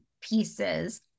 pieces